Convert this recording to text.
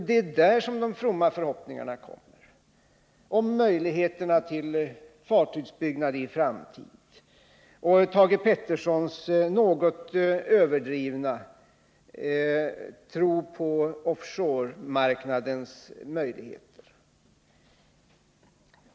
Det är i det sammanhanget de fromma förhoppningarna om möjligheter till fartygsbyggande i framtiden och Thage Petersons något överdrivna tro på offshoremarknadens möjligheter kommer i dagen.